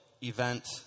event